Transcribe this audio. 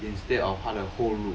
instead of 他的后路